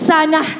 Sana